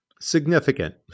significant